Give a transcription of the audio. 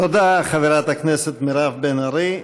תודה, חברת הכנסת מירב בן ארי.